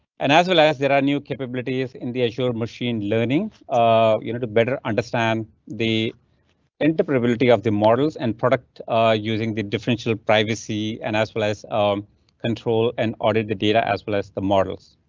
and as well as there are new capabilities in the azure machine, learning um you know to better understand the interpretability of the models and product using the differential privacy and as well as um control and ordered the data as well as the models.